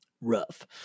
rough